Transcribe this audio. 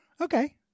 okay